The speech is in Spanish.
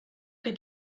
que